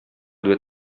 due